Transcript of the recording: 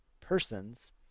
persons